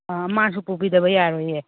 ꯑꯥ ꯃꯥꯁꯨ ꯄꯨꯕꯨꯤꯗꯕ ꯌꯥꯔꯣꯏꯌꯦ